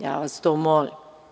Ja vas to molim.